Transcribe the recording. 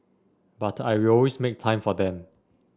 but I will always make time for them